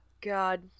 God